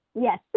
Yes